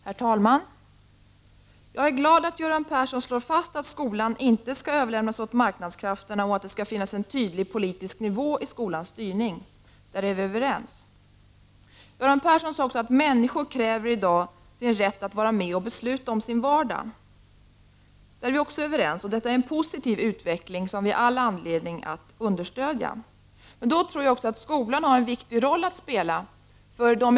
Herr talman! Jag är glad att Göran Persson slår fast att skolan inte skall överlämnas åt marknadskrafterna och att det skall finnas en tydlig politisk nivå i skolans styrning; därvidlag är vi överens. Göran Persson sade också att människor i dag kräver sin rätt att vara med och besluta om sin vardag. Därvidlag är vi också överens. Detta är en positiv utveckling, som vi har all anledning att understödja. Men då tror jag också att skolan har en viktig roll att spela.